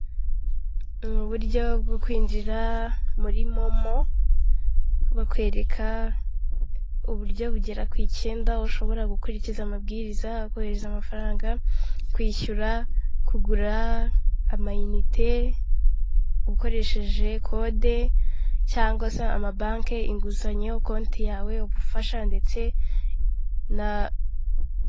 Ni uburyo bwo kwinjira muri momo bakwereka uburyo bugera ku ikenda, ushobora gukurikiza amabwiriza, ukohereza amafaranga, kwishyura kugura amanite ukoresheje kode cyangwa se amabanki inguzanyo, konti yawe ubufasha ndetse na.